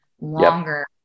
longer